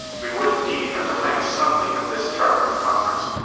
we would indeed have to plan something at this chart room conference.